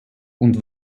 und